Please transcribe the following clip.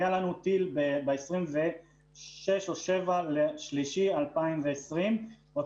ב-26 במרץ 2020 נפל אצלנו טיל.